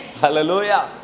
Hallelujah